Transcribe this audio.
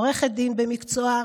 עורכת דין במקצועה,